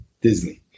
Disney